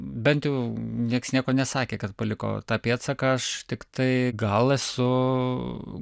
bent jau nieks nieko nesakė kad paliko tą pėdsaką aš tiktai gal e su